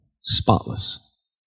Spotless